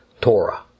Torah